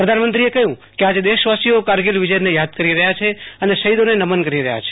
પ્રધાનમંત્રીએ કહ્યું કે આજે દેશવાસીઓ કારગિલ વિજયને યાદ કરી રહ્યા છે અને શિફીદોને નમન કરી રહ્યા છે